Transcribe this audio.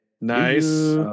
Nice